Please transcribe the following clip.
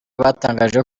batangaje